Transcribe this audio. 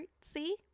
see